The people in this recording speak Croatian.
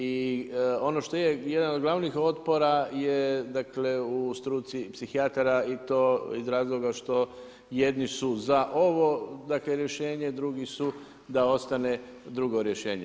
I ono što je jedan od glavnih otpora, dakle, u struci psihijatara i to iz razloga što jedni su za ovo rješenje, drugi su da ostane drugo rješenje.